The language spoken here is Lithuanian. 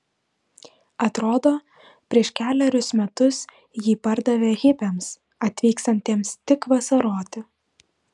atrodo prieš kelerius metus jį pardavė hipiams atvykstantiems tik vasaroti